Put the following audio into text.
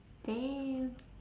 damn